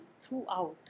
throughout